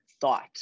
thought